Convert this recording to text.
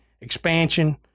expansion